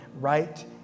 right